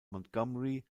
montgomery